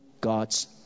God's